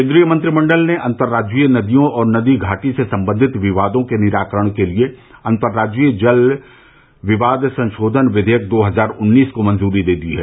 केंद्रीय मंत्रिमंडल ने अंतर्राज्यीय नदियों और नदी घाटी से संबंधित विवादों के निराकरण के लिए अंतर्राज्यीय नदी जल विवाद संशोधन विधेयक दो हजार उन्नीस को मंजूरी दे दी है